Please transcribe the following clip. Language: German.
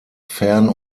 fern